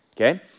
Okay